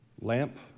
lamp